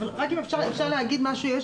אם אפשר לומר משהו.